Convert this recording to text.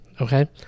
Okay